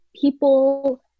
people